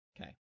Okay